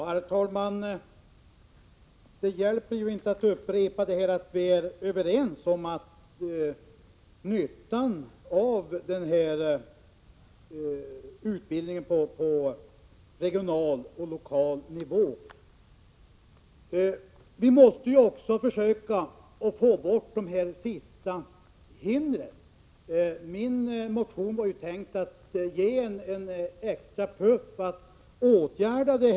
Herr talman! Det hjälper inte att upprepa att vi är överens om nyttan av utbildning på regional och lokal nivå. Vi måste också försöka få bort de sista hindren. Min motion var tänkt att ge en extra puff för att åtgärda detta.